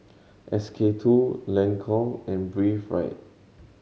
S K Two Lancome and Breathe Right